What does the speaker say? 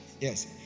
yes